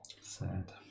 Sad